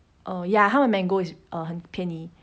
oh ya 他们的 mango is um 很便宜